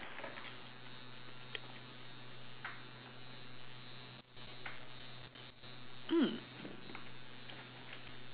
mm